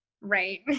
right